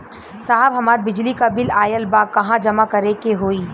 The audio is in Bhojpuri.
साहब हमार बिजली क बिल ऑयल बा कहाँ जमा करेके होइ?